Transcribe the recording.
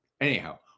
Anyhow